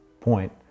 point